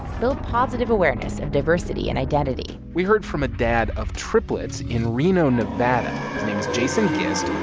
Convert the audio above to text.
build positive awareness of diversity and identity we heard from a dad of triplets in reno, nev. and his name is jason gist.